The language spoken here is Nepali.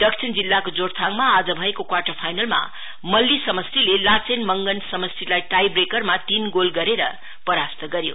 दक्षिण जिल्लाको जोरथाङमा आज भएको क्वाटर फाइनलमा मल्ली समस्टिलो लाचेन मंगन समस्टिलाई टाई ब्रोकरमा तीन गोल गरेर परास्त गर्यो